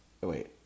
wait